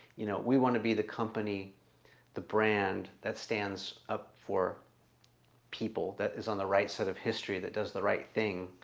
you know, we want to be the company the brand that stands up for people that is on the right set of history that does the right thing